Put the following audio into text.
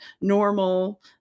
normal